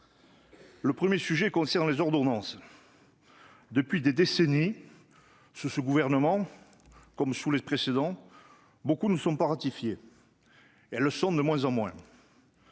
Le premier sujet concerne les ordonnances. Depuis des décennies, sous ce gouvernement comme sous les précédents, nombre d'entre elles ne sont pas ratifiées, et elles le sont de moins en moins.